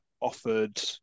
offered